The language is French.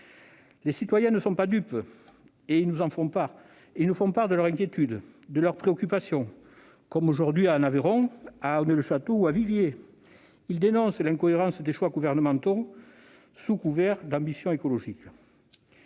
Les citoyens ne sont pas dupes. Ils nous font part de leurs inquiétudes et de leurs préoccupations, comme aujourd'hui, en Aveyron, à Onet-le-Château ou à Viviez. Ils dénoncent l'incohérence des choix gouvernementaux sous couvert d'ambitions écologiques.